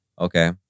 okay